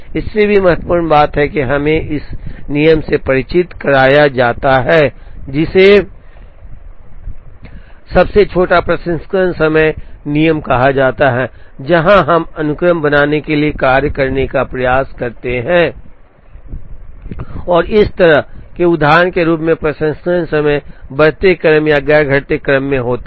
इससे भी महत्वपूर्ण बात यह है कि हमें इस नियम से परिचित कराया जाता है जिसे सबसे छोटा प्रसंस्करण समय नियम कहा जाता है जहां हम अनुक्रम बनाने के लिए कार्य करने का प्रयास करते हैं और इस तरह के उदाहरण के रूप में प्रसंस्करण समय बढ़ते क्रम या गैर घटते क्रम में होते हैं